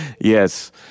Yes